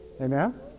Amen